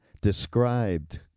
described